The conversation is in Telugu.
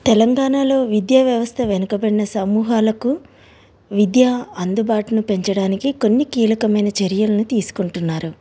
తెలంగాణలో విద్యా వ్యవస్థ వెనుకబడిన సమూహాలకు విద్య అందుబాటును పెంచడానికి కొన్ని కీలకమైన చర్యలను తీసుకుంటున్నారు